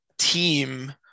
team